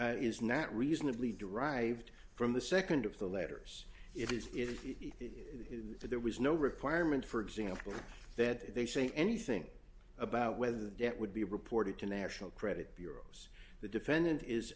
is not reasonably derived from the nd of the letters it is if there was no requirement for example that they say anything about whether the debt would be reported to national credit bureaus the defendant is